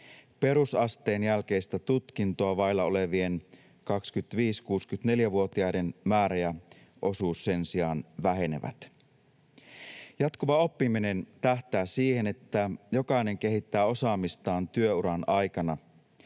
Perusasteen jälkeistä tutkintoa vailla olevien 25—64-vuotiaiden määrä ja osuus sen sijaan vähenevät. Jatkuva oppiminen tähtää siihen, että jokainen kehittää osaamistaan työuran aikana.